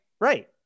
Right